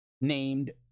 named